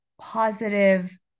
positive